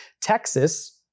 Texas